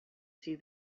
see